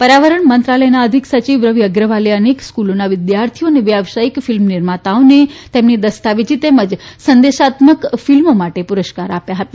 પર્યાવરણ મંત્રાલયના અધિક સચિવ રવિ અગ્રવાલે અનેક સ્કુલોનાવિદ્યાર્થીઓને અને વ્યવસાયિક ફિલ્મ નિર્માતાઓને તેમની દસ્તાવેજી તેમજ સંદેશાત્મકફિલ્મો માટે પુરસ્કારો આપ્યા હતા